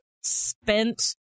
spent